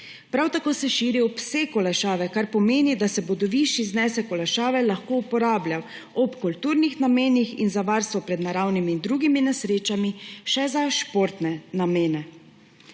Prav tako se širi obseg olajšave, kar pomeni, da se bo višji znesek olajšave lahko uporabljal ob kulturnih namenih in za varstvo pred naravnimi in drugimi nesrečami, še za športne namene.